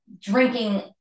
drinking